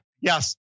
Yes